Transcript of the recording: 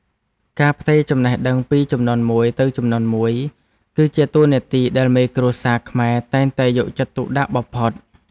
ការផ្ទេរចំណេះដឹងពីជំនាន់មួយទៅជំនាន់មួយ គឺជាតួនាទីដែលមេគ្រួសារខ្មែរតែងតែយកចិត្តទុកដាក់បំផុត។